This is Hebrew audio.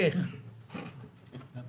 הייתם